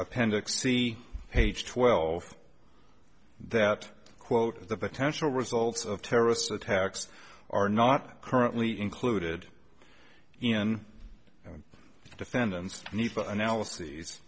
appendix c page twelve that quote the potential results of terrorist attacks are not currently included in the defendant's analyses